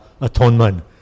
atonement